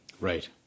Right